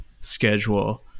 schedule